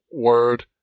Word